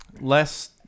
less